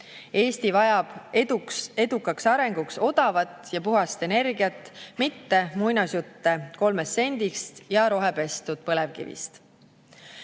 Eesti vajab edukaks arenguks odavat ja puhast energiat, mitte muinasjutte kolmest sendist ja rohepestud põlevkivist.